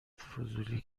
فضولی